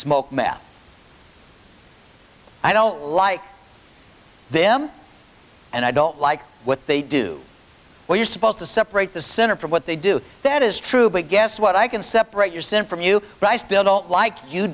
smoke meth i don't like them and i don't like what they do well you're supposed to separate the center from what they do that is true but guess what i can separate your sin from you right still don't like you